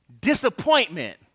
disappointment